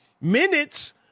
minutes